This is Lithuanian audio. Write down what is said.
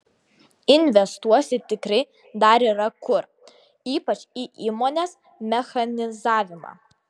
investuoti tikrai dar yra kur ypač į įmonės mechanizavimą